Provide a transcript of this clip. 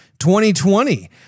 2020